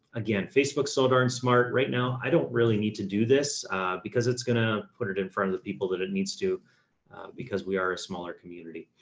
again, facebook. so darn smart right now. i don't really need to do this because it's gonna put it in front of the people that it needs to because we are a smaller community.